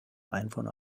einwohner